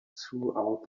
throughout